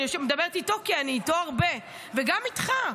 אני מדברת איתו כי אני איתו הרבה וגם איתך.